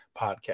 podcast